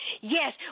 Yes